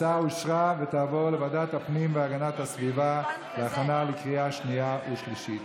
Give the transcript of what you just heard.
לוועדת הפנים והגנת הסביבה להכנה לקריאה ראשונה.